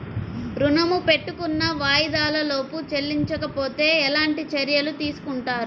ఋణము పెట్టుకున్న వాయిదాలలో చెల్లించకపోతే ఎలాంటి చర్యలు తీసుకుంటారు?